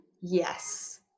Yes